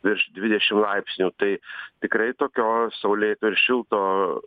virš dvidešim laipsnių tai tikrai tokio saulėto ir šilto